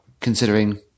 considering